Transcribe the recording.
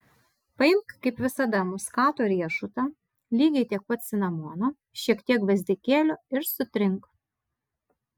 paimk kaip visada muskato riešutą lygiai tiek pat cinamono šiek tiek gvazdikėlio ir sutrink